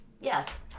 Yes